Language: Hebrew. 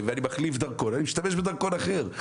ואני מחליף דרכון אני משתמש בדרכון אחר,